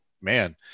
man